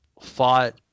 fought